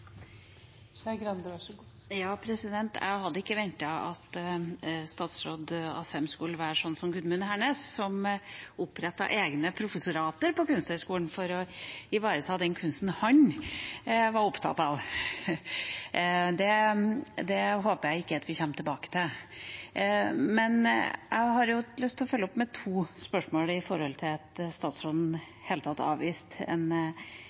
Jeg hadde ikke ventet at statsråd Asheim skulle være som Gudmund Hernes, som opprettet egne professorater på Kunsthøgskolen for å ivareta den kunsten han var opptatt av. Det håper jeg ikke vi kommer tilbake til. Men jeg har lyst til å følge opp med to spørsmål i forbindelse med at statsråden i det hele tatt avviste en